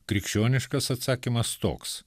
krikščioniškas atsakymas toks